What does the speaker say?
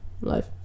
Life